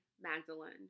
Magdalene